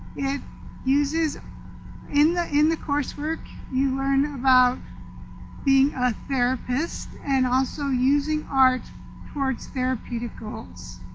it uses in the in the course work you learn about being a therapist and also using art towards therapeutic goals.